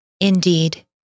Indeed